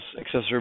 accessory